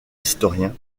historiens